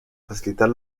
facilitar